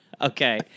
Okay